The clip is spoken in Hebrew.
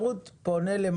כהגדרתו בחוק שירותי תשלום,